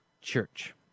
Church